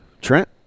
Trent